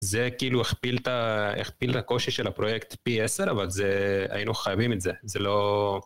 זה כאילו הכפיל את ה... הכפיל את הקושי של הפרויקט פי עשר, אבל זה... היינו חייבים את זה. זה לא...